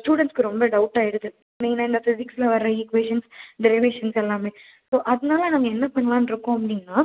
ஸ்டூடண்ஸுக்கு ரொம்ப டவுட் ஆயிடுது மெயினாக இந்த பிசிக்ஸில் வர்ற ஈக்குவேஷன்ஸ் டெரிவேஷன்ஸ் எல்லாமே ஸோ அதனால நாங்கள் என்ன பண்ணலாம்னு இருக்கோம் அப்படின்னா